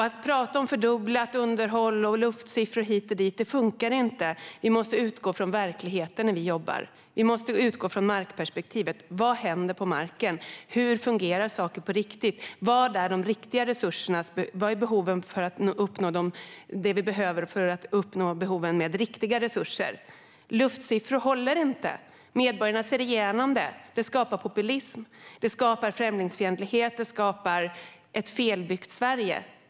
Att tala om fördubblat underhåll och luftsiffror hit och dit funkar inte, utan vi måste utgå från verkligheten när vi jobbar. Vi måste utgå från markperspektivet. Vad händer på marken? Hur fungerar saker på riktigt? Vilka resurser behövs för att på riktigt tillgodose behoven? Luftsiffror håller inte - medborgarna ser igenom detta. Det skapar populism. Det skapar främlingsfientlighet. Det skapar ett felbyggt Sverige.